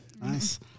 Nice